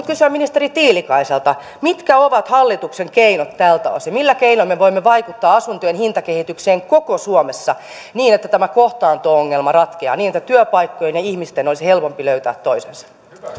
kysyä ministeri tiilikaiselta mitkä ovat hallituksen keinot tältä osin millä keinoin me voimme vaikuttaa asuntojen hintakehitykseen koko suomessa niin että tämä kohtaanto ongelma ratkeaa niin että työpaikkojen ja ihmisten olisi helpompi löytää toisensa